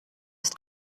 ist